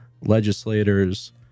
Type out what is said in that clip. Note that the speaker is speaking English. legislators